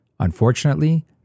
Unfortunately